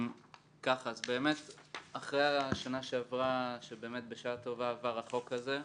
אחרי השנה שעברה שבאמת בשעה טובה עבר החוק הזה,